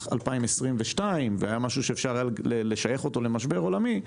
2022 והיה משהו שאפשר היה לשייך אותו למשבר עולמי,